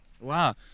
Wow